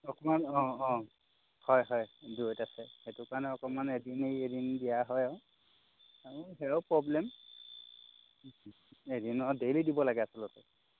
অকণমান অঁ অঁ হয় হয় দূৰত আছে সেইটো কাৰণে অকণমান এদিন এৰি এদিন দিয়া হয় আৰু আৰু সেইও প্ৰব্লেম এদিন ডেইলি দিব লাগে আচলতে